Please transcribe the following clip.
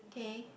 okay